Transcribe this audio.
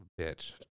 bitch